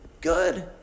good